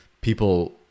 people